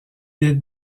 est